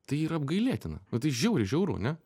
tai yra apgailėtina va tai žiauriai žiauru ane